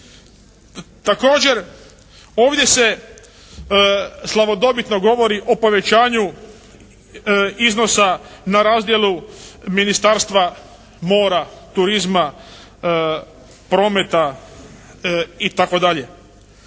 Također ovdje se slavodobitno govori o povećanju iznosa na razdjelu Ministarstva mora, turizma, prometa itd.